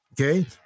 okay